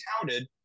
touted